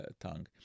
tongue